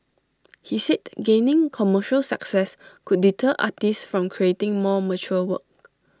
he said gaining commercial success could deter artists from creating more mature work